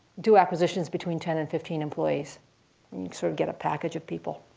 do acquisitions between ten and fifteen employees. you sort of get a package of people.